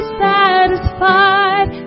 satisfied